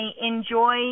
enjoy